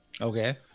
Okay